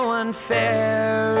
unfair